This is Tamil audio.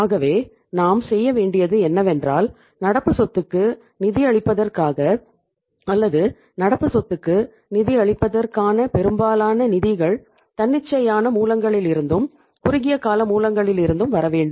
ஆகவே நாம் செய்ய வேண்டியது என்னவென்றால் நடப்பு சொத்துக்கு நிதியளிப்பதற்காக அல்லது நடப்பு சொத்துக்கு நிதியளிப்பதற்கான பெரும்பாலான நிதிகள் தன்னிச்சையான மூலங்களிலிருந்தும் குறுகிய கால மூலங்களிலிருந்தும் வர வேண்டும்